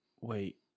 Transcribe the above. wait